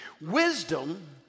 Wisdom